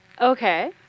Okay